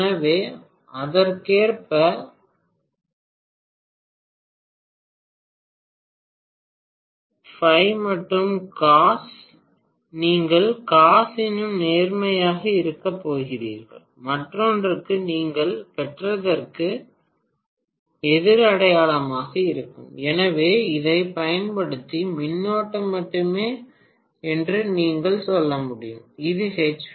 எனவே அதற்கேற்ப பாவம் மற்றும் காஸ் நீங்கள் காஸ் இன்னும் நேர்மறையாக இருக்கப் போகிறீர்கள் மற்றொன்றுக்கு நீங்கள் பெற்றதற்கு பாவம் எதிர் அடையாளமாக இருக்கும் எனவே இதைப் பயன்படுத்தி மின்னோட்டம் மட்டுமே என்று நீங்கள் சொல்ல முடியும் இது எச்